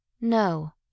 No